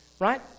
Right